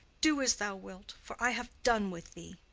do as thou wilt, for i have done with thee.